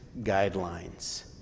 guidelines